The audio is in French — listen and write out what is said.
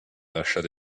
d’achat